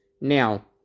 Now